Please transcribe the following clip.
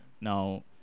Now